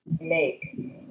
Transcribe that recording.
make